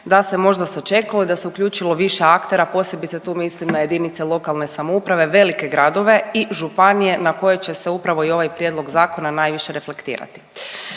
da se možda sačekalo i da se uključilo više aktera posebice tu mislim na jedinice lokalne samouprave, velike gradove i županije na koje će se upravo i ovaj prijedlog zakona najviše reflektirati.